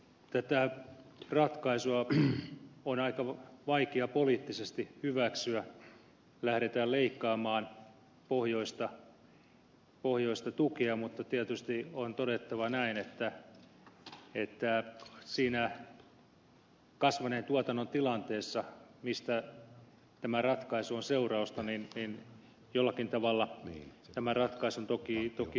tätä ratkaisua on aika vaikea poliittisesti hyväksyä kun lähdetään leikkaamaan pohjoista tukea mutta tietysti on todettava näin että siinä kasvaneen tuotannon tilanteessa mistä tämä ratkaisu on seurausta jollakin tavalla tämän ratkaisun toki ymmärtää